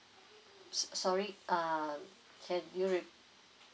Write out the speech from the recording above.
so~ sorry err can you rep~